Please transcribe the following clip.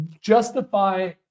justify